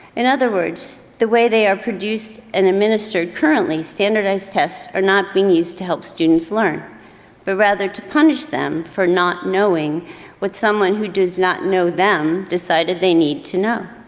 in other words the way, they are produced and administered currently, standardized tests are not being used to help students learn but rather to punish them for not knowing what someone who does not know them decided they need to know.